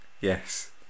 Yes